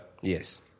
Yes